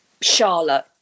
Charlotte